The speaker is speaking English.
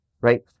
right